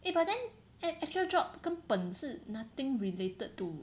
eh but then ac~ actual job 根本是 nothing related to